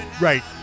right